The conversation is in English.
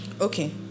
Okay